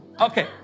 Okay